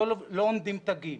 לא עונדים תגים.